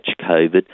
COVID